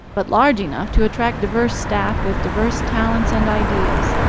but large enough to attract diverse staff with diverse talents and ideas.